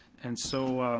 and so